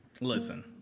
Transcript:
Listen